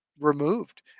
removed